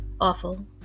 awful